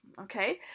okay